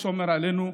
ששומר עלינו,